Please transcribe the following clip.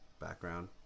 background